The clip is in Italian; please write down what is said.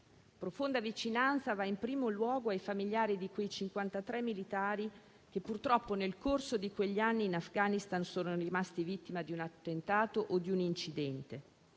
Profonda vicinanza va, in primo luogo, ai familiari di quei 53 militari che purtroppo, nel corso di quegli anni in Afghanistan, sono rimasti vittime di un attentato o un incidente,